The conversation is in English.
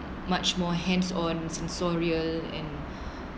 much more hands-on sensorial and